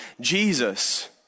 Jesus